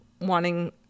wanting